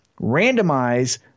randomize